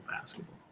basketball